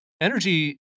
Energy